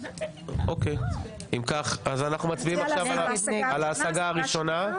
אנחנו מצביעים על ההשגה הראשונה.